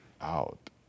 out